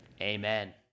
Amen